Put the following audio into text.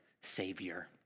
Savior